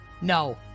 No